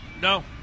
No